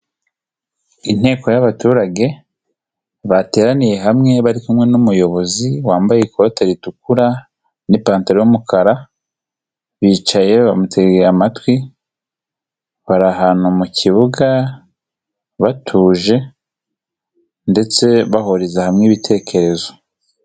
Inteko y'abaturage, bateraniye hamwe bari kumwe n'umuyobozi wambaye ikote ritukura n'ipantaro y'umukara, bicaye bamutegeye amatwi bari ahantu mu kibuga batuje ndetse bahuriza hamwe ibitekerezo.